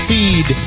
Feed